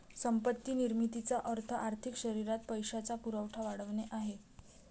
संपत्ती निर्मितीचा अर्थ आर्थिक शरीरात पैशाचा पुरवठा वाढवणे आहे